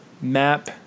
Map